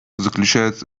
заключается